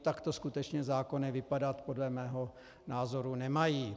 Takto skutečně zákony vypadat podle mého názoru nemají.